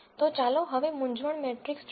તો ચાલો હવે મુંઝવણ મેટ્રિક્સ જોઈએ